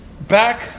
back